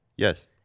Yes